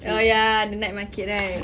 oh ya the night market right